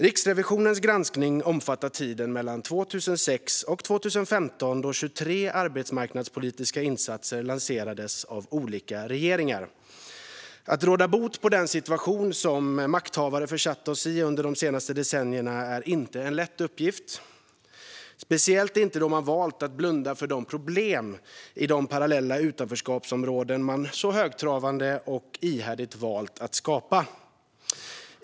Riksrevisionens granskning omfattar tiden mellan 2006 och 2015, då 23 arbetsmarknadspolitiska insatser lanserades av olika regeringar. Att råda bot på den situation som makthavare har försatt oss i under de senaste decennierna är inte en lätt uppgift, speciellt inte då man valt att blunda för problemen i de parallella utanförskapsområden som man högtravande och ihärdigt har valt att skapa.